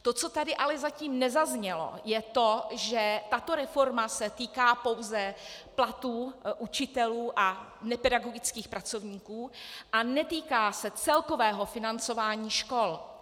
To, co tady ale zatím nezaznělo, je to, že tato reforma se týká pouze platů učitelů a nepedagogických pracovníků a netýká se celkového financování škol.